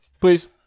please